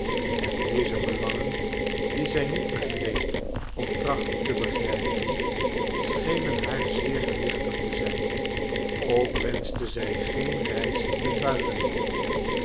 en deze belangen die zij niet begreep of trachtte te begrijpen schenen haar zeer gewichtig te zijn ook wenschte zij geen reis in het buitenland